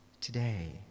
today